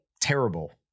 terrible